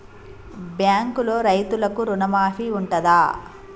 బ్యాంకులో రైతులకు రుణమాఫీ ఉంటదా?